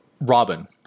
Robin